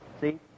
See